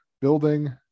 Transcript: building